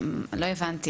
לא הבנתי